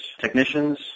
technicians